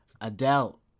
Adele